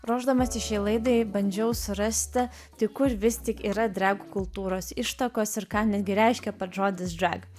ruošdamasi šiai laidai bandžiau surasti tai kur vis tik yra drag kultūros ištakos ir ką netgi reiškia pats žodis drag